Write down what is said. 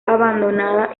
abandonada